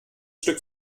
stück